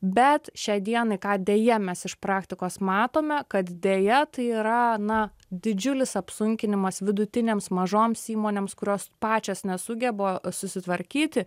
bet šiai dienai ką deja mes iš praktikos matome kad deja tai yra na didžiulis apsunkinimas vidutinėms mažoms įmonėms kurios pačios nesugeba susitvarkyti